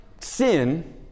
sin